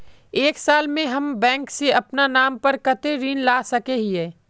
एक साल में हम बैंक से अपना नाम पर कते ऋण ला सके हिय?